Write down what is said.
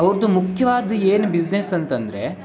ಅವ್ರದ್ದು ಮುಖ್ಯವಾದದ್ದು ಏನು ಬಿಸ್ನೆಸ್ ಅಂತಂದರೆ